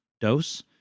dose